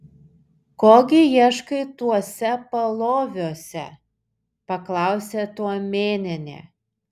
ko gi ieškai tuose paloviuose paklausė tuomėnienė